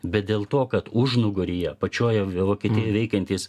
bet dėl to kad užnugaryje pačioje vokietijoj veikiantys